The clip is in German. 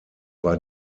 war